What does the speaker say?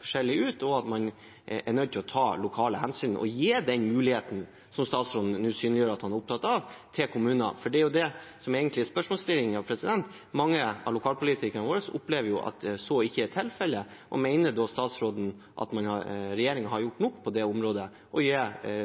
forskjellig ut, og at man er nødt til å ta lokale hensyn og gi den muligheten som statsråden nå synliggjør at han er opptatt av, til kommunene? For det er jo det som egentlig er spørsmålsstillingen. Mange av lokalpolitikerne våre opplever at så ikke er tilfellet. Mener statsråden at regjeringen har gjort nok på det området, å gi